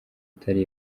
atari